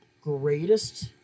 greatest